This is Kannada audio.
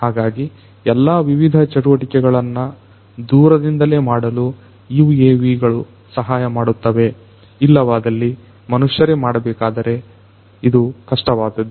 ಹಾಗಾಗಿ ಎಲ್ಲಾ ವಿವಿಧ ಚಟುವಟಿಕೆಗಳನ್ನು ದೂರದಿಂದಲೇ ಮಾಡಲು UAVಗಳು ಸಹಾಯಮಾಡುತ್ತದೆ ಇಲ್ಲವಾದಲ್ಲಿ ಮನುಷ್ಯರೇ ಮಾಡಬೇಕಾದರೆ ಇದು ಕಷ್ಟವಾದದ್ದು